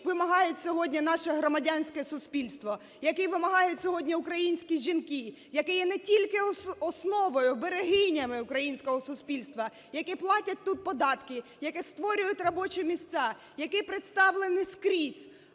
вимагає сьогодні наше громадянське суспільство, які вимагають сьогодні українські жінки, які є не тільки основою, берегинею українського суспільства, які платять тут податки, які створюють робочі місця, які представлені скрізь.